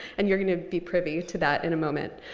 and you're going to be privy to that in a moment.